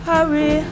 Hurry